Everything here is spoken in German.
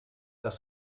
das